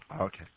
Okay